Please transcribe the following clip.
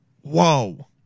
whoa